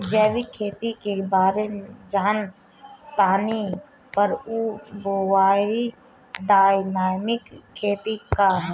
जैविक खेती के बारे जान तानी पर उ बायोडायनमिक खेती का ह?